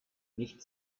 nicht